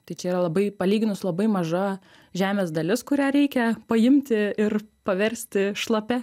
tai čia yra labai palyginus labai maža žemės dalis kurią reikia paimti ir paversti šlapia